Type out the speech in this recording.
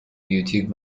بیوتیک